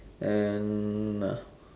and